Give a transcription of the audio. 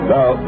Now